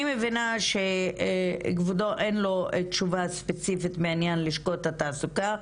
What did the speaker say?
אני מבינה שכבודו אין לו תשובה ספציפית בעניין לשכות התעסוקה,